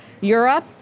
Europe